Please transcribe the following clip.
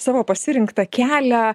savo pasirinktą kelią